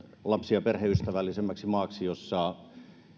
lapsi ja perheystävällisemmäksi maaksi jossa